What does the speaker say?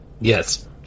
Yes